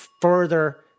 further